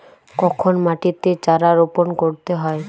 কখন মাটিতে চারা রোপণ করতে হয়?